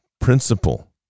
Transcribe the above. principle